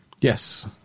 Yes